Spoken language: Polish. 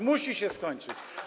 musi się skończyć.